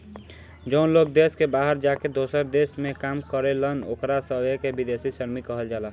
जवन लोग देश के बाहर जाके दोसरा देश में काम करेलन ओकरा सभे के विदेशी श्रमिक कहल जाला